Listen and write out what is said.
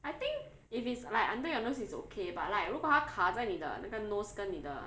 I think if it's like under your nose it's okay but like 如果它卡在你的那个 nose 跟你的